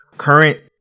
current